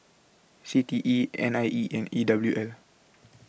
C T E N I E and E W L